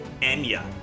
Enya